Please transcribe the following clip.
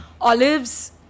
olives